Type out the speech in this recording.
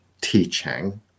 teaching